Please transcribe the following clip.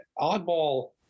oddball